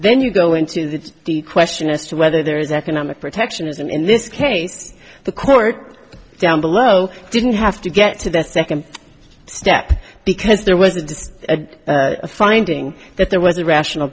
then you go into the question as to whether there is economic protectionism in this case the court down below didn't have to get to that second step because there wasn't a finding that there was a rational